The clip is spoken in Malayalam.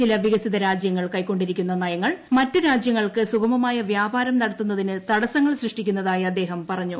ചില വികസിതരാജൃങ്ങൾ കൈക്കൊണ്ടിരിക്കുന്ന നയങ്ങൾ മറ്റ് രാജ്യങ്ങൾക്ക് സുഗമമായ വ്യാപാരം നടത്തുന്നതിന് തടസ്സങ്ങൾ സൃഷ്ടിക്കുന്നതായി അദ്ദേഹം പറഞ്ഞു